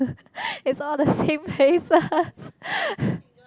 is all the same place